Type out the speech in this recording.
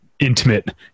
intimate